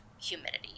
humidity